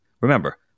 Remember